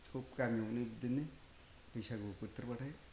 सब गामियावनो बिदिनो बैसागु बोथोरबाथाय